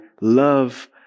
love